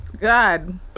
God